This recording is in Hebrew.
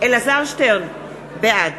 אלעזר שטרן, בעד